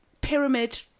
pyramid